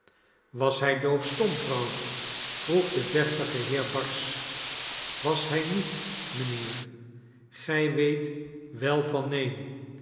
was hij doofstom vrouw vroeg de deftige heer barsch was hij niet mijnheer gij weet wel van neen